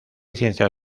ciencias